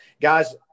guys